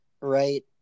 right